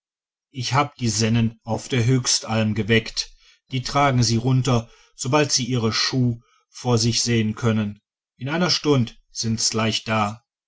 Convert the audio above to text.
ich hab die sennen auf der höchstalm geweckt die tragen sie runter sobald sie ihre schuh vor sich sehen können in einer stund sind's leicht da